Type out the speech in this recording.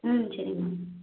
ம் சரி மேம்